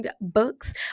books